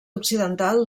occidental